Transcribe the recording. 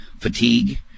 fatigue